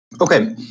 Okay